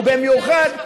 ובמיוחד,